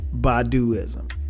Baduism